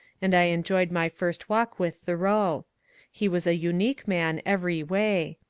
and i enjoyed my first walk with tboreau. he was a unique man every way.